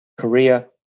Korea